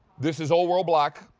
this is old world black,